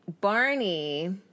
Barney